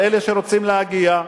על אלה שרוצים להגיע.